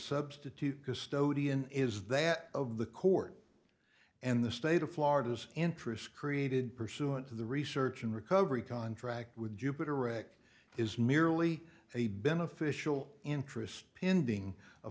substitute custodian is that of the court and the state of florida's interest created pursuant to the research and recovery contract with jupiter rick is merely a beneficial interest in doing a